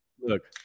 Look